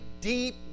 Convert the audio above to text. deep